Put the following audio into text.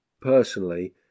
personally